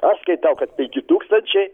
aš skaitau kad penki tūkstančiai